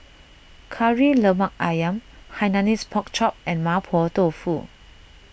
Kari Lemak Ayam Hainanese Pork Chop and Mapo Tofu